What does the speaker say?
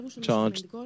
charged